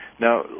now